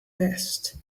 best